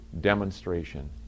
demonstration